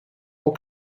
more